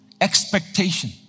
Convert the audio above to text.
expectation